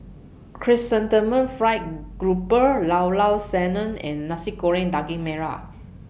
Chrysanthemum Fried Grouper Llao Llao Sanum and Nasi Goreng Daging Merah